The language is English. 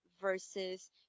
versus